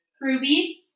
Ruby